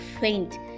faint